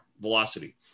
velocity